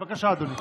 בבקשה, אדוני.